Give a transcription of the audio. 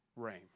rain